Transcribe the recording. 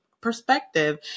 perspective